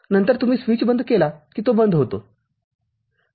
नंतर तुम्ही स्विच बंद केला कि तो बंद होतो